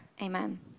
Amen